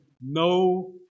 no